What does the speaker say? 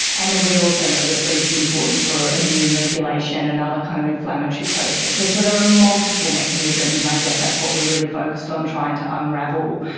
and then we also know that sleep is important for immune regulation and other kind of inflammatory processes. so there are multiple mechanisms, and i guess that's what we are really focused on trying to unravel,